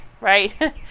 right